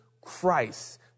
Christ